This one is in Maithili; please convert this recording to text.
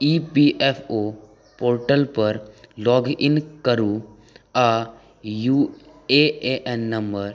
ई पी एफ ओ पोर्टलपर लॉगिन करू आओर यू ए एन नम्बर